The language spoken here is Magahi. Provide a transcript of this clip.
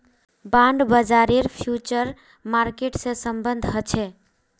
बांड बाजारेर फ्यूचर मार्केट से सम्बन्ध ह छे